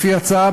לפי ההצעה,